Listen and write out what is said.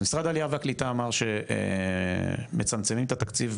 אז משרד העלייה והקליטה אמר שמצמצמים את התקציב